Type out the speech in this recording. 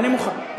אני מוכן.